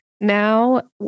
now